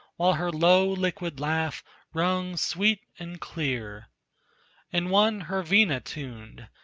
while her low liquid laugh rung sweet and clear and one her vina tuned,